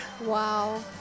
wow